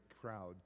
crowd